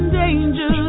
danger